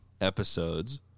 episodes